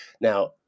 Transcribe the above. now